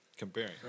comparing